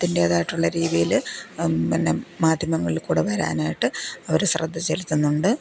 അതിൻ്റേതായിട്ടുള്ള രീതിയിൽ പിന്നെ മാധ്യമങ്ങളിൽ കൂടെ വരാനായിട്ട് അവർ ശ്രദ്ധ ചെലുത്തുന്നുണ്ട്